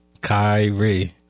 Kyrie